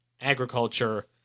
Agriculture